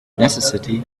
necessity